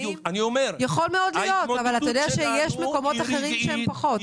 יכול להיות אבל אתה יודע שיש מקומות אחרים שהם פחות.